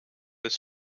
his